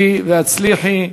עלי והצליחי.